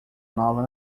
nova